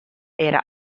era